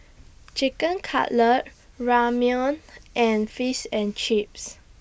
Chicken Cutlet Ramyeon and Fish and Chips